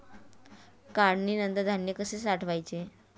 काढणीनंतर धान्य कसे साठवायचे?